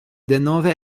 denove